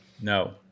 No